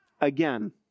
Again